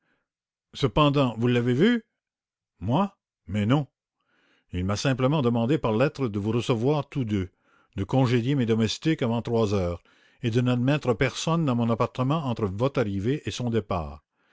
cependant vous l'avez vu moi mais non il m'a simplement demandé par lettre de vous recevoir tous deux de congédier mes domestiques avant trois heures et de n'admettre personne dans mon appartement entre votre arrivée et son départ